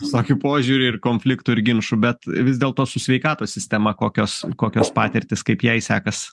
visokių požiūrių ir konfliktų ir ginčų bet vis dėlto su sveikatos sistema kokios kokios patirtys kaip jai sekas